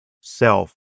self